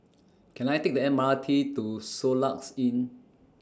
Can I Take The M R T to Soluxe Inn